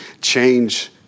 change